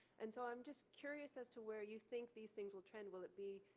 and so i'm just curious as to where you think these things will trend. will it be,